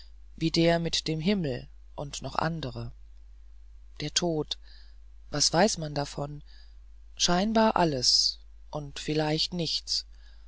wie der mit dem himmel und noch andere der tod was weiß man davon scheinbar alles und vielleicht nichts